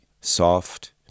soft